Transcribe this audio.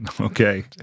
okay